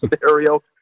scenario